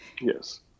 Yes